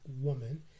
woman